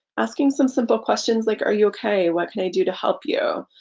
asking some simple questions, like are you okay? what can i do to help you?